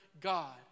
God